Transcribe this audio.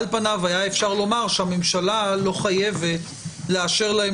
על פניו היה אפשר לומר שהממשלה לא חייבת לאשר להם